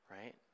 right